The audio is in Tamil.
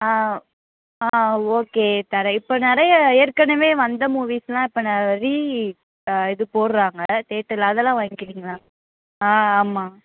ஆ ஓகே தரேன் இப்போ நிறைய ஏற்கனவே வந்த மூவிஸெலாம் இப்போ ந ரீ இது போடுறாங்க தேட்டரில் அதெல்லாம் வாங்கிக்கிறீங்களா ஆ ஆமாம்